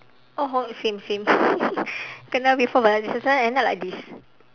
oh home same same kena before but at the same time end up like this